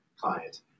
client